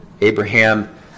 Abraham